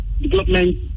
development